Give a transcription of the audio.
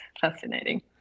fascinating